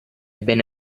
bene